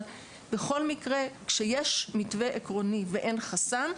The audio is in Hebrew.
אבל בכל מקרה, כשיש מתווה עקרוני ואין חסם,